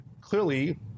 clearly